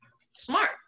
smart